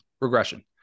regression